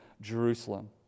Jerusalem